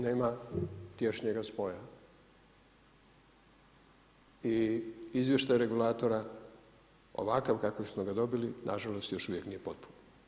Nema tješnijega spoja i izvještaj regulatora ovakav kakvog smo ga dobili, nažalost još uvijek nije potpun.